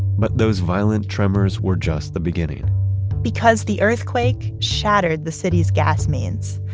but those violent tremors were just the beginning because the earthquake shattered the city's gas mains.